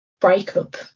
breakup